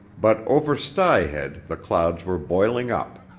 but over styhead the clouds were boiling up.